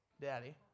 daddy